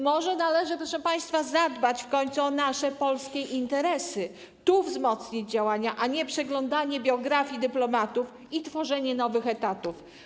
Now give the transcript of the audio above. Może należy, proszę państwa, zadbać w końcu o nasze polskie interesy, wzmocnić działania, a nie przeglądać biografie dyplomatów i tworzyć nowe etaty.